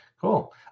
cool